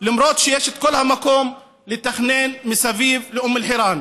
למרות שיש את כל המקום לתכנן מסביב לאום אל-חיראן.